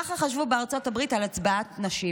ככה חשבו בארצות הברית על הצבעת נשים.